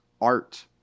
art